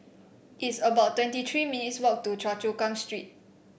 it's about twenty three minutes' walk to Choa Chu Kang Street